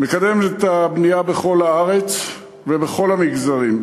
מקדם את הבנייה בכל הארץ ובכל המגזרים.